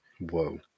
Whoa